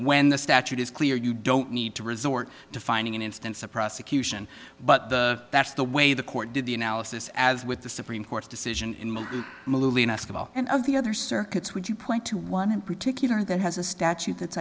when the statute is clear you don't need to resort to finding an instance of prosecution but the that's the way the court did the analysis as with the supreme court's decision in molina and of the other circuits would you point to one in particular that has a statute that's